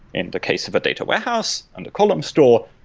in the case of a data warehouse and a column store,